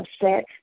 upset